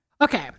Okay